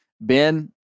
Ben